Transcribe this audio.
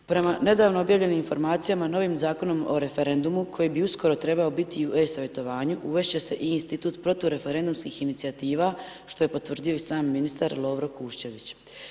Prema nedavno objavljenim informacijama, novim Zakonom o referendumu koji bi uskoro trebao biti u e-savjetovanju, uvest će se i institut protureferendumskih inicijativa što je potvrdio i sam ministar Lovro Kuščević.